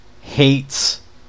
hates